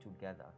together